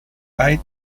air